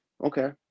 okay